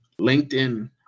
LinkedIn